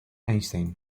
einstein